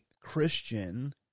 Christian